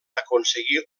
aconseguir